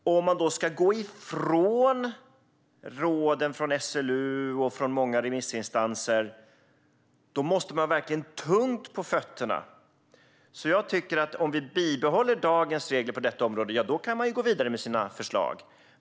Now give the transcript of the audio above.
Om man ska gå ifrån råden från SLU och många remissinstanser måste man verkligen ha tungt på fötterna. Om vi bibehåller dagens regler på detta område kan man gå vidare med sina förslag, tycker jag.